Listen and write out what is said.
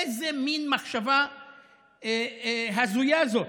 איזה מין מחשבה הזויה זאת?